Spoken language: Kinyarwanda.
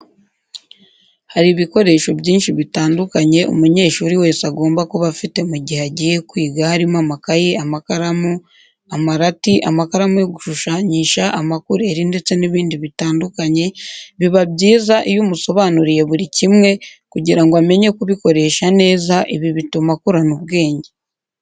Hari ibikoresho byinshi bitandukanye umunyeshuri wese agomba kuba afite mu gihe agiye kwiga harimo amakayi, amakaramu, amarati, amakaramu yo gushushanyisha, amakureri ndetse n'ibindi bitandukanye, biba byiza iyo umusobanuriye buri kimwe kugira ngo amenye kubikoresha neza, ibi bituma akurana ubwenge.